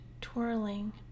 twirling